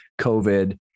covid